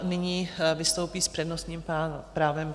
Nyní vystoupí s přednostním právem...